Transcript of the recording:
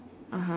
(uh huh)